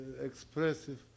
expressive